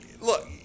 look